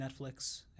Netflix